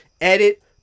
edit